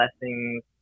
blessings